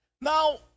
Now